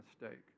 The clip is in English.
mistake